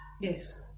Yes